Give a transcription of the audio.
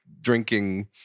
drinking